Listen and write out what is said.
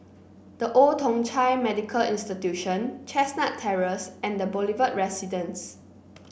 The Old Thong Chai Medical Institution Chestnut Terrace and The Boulevard Residence